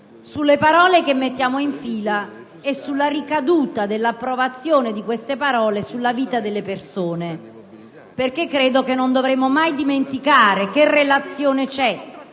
sulle parole che mettiamo in fila e sulla ricaduta dell'approvazione di queste parole sulla vita delle persone. Non dovremmo mai dimenticare che relazione c'è